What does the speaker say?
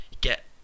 get